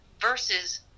versus